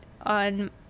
on